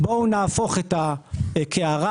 בואו נהפוך את הקערה.